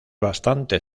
bastante